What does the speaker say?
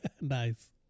nice